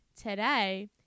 today